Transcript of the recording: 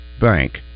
Bank